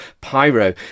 Pyro